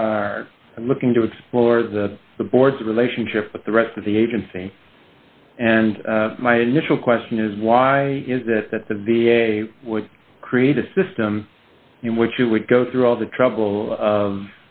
are looking to explore the board's relationship with the rest of the agency and my initial question is why is that the v a would create a system in which you would go through all the trouble of